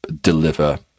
deliver